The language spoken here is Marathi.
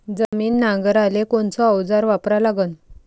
जमीन नांगराले कोनचं अवजार वापरा लागन?